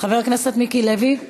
חבר הכנסת מיקי לוי,